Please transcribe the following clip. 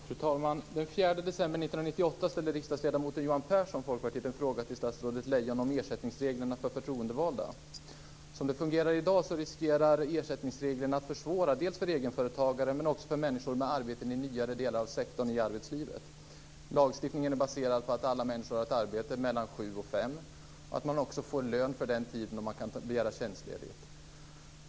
Fru talman! Den 4 december 1998 ställde riksdagsledamoten Johan Pehrson, Folkpartiet, en fråga till statsrådet Lejon om ersättningsreglerna för förtroendevalda. Som det fungerar i dag riskerar ersättningsreglerna att försvåra dels för egenföretagare, dels för människor med arbeten i nyare sektorer av arbetslivet. Lagstiftningen är baserad på att alla människor arbetar mellan kl. sju och fem, att man också får lön för den tiden och att man kan begära tjänstledighet.